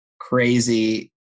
crazy